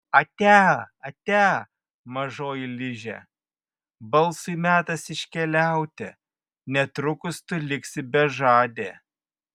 atia atia mažoji liže balsui metas iškeliauti netrukus tu liksi bežadė